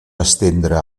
estendre